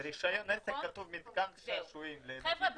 ברישיון עסק כתוב מתקן שעשועים --- חבר'ה,